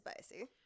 spicy